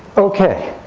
ok,